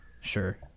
Sure